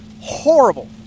horrible